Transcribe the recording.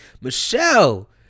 Michelle